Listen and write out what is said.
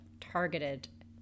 targeted